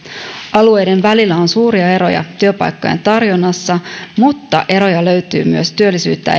alueiden välillä on suuria eroja työpaikkojen tarjonnassa mutta eroja löytyy myös työllisyyttä